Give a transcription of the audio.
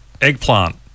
eggplant